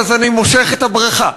אני מושך את הברכה.